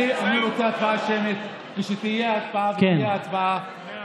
אני רוצה הצבעה שמית כשתהיה הצבעה, ותהיה הצבעה.